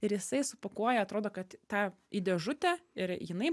ir jisai supakuoja atrodo kad tą į dėžutę ir jinai